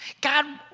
God